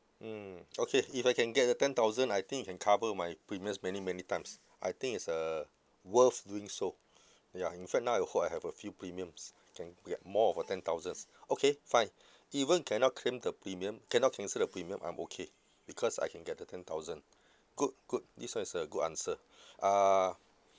mm okay if I can get the ten thousand I think it can cover my premium many many times I think it's uh worth doing so ya in fact now I hope I have a few premiums can we got more of ten thousands okay fine even cannot claim the premium cannot cancel premium I'm okay because I can get the ten thousand good good this one is a good answer uh